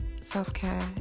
self-care